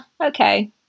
okay